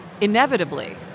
inevitably